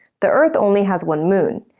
the earth only has one moon,